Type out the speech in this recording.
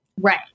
right